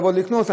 לעבוד לקנות?